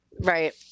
Right